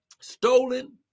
stolen